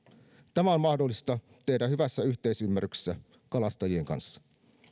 tämä on mahdollista tehdä hyvässä yhteisymmärryksessä kalastajien kanssa